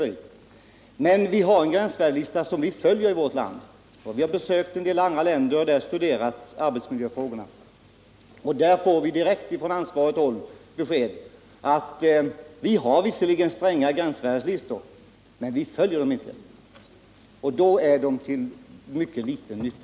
I vårt land har vi emellertid en gränsvärdeslista som vi följer. Vi har besökt vissa andra länder och där studerat arbetsmiljöfrågorna. Där har vi från ansvarigt håll fått direkt besked om att visserligen finns stränga gränsvärdeslistor, men de följs inte. Och då är de till mycket liten nytta.